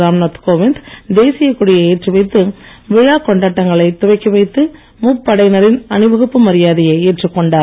ராம்நாத் கோவிந்த் தேசியக் கொடியை ஏற்றி வைத்து விழாக் கொண்டாட்டங்களைத் துவக்கி வைத்து முப்படையினரின் அணிவகுப்பு மரியாதையை ஏற்றுக் கொண்டார்